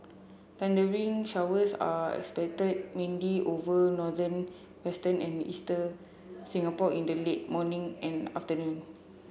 thundery showers are expected mainly over northern western and eastern Singapore in the late morning and afternoon